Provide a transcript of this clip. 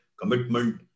commitment